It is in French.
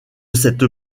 cette